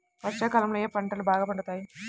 వర్షాకాలంలో ఏ పంటలు బాగా పండుతాయి?